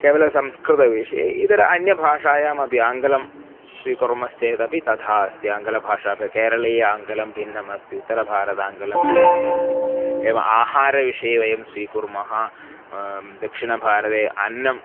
केवलं संस्कृतविषये इतर अन्यभाषायामपि आङ्गलं स्वीकुर्मश्चेदपि तथा अस्ति आङ्गलभाषा बे केरळीय आङ्गलं भिन्नम् अस्ति उत्तरभारत आङ्गलं भिन्नमस्ति एव आहारविषये वयं स्वीकुर्मः दक्षिणभारते अन्नम्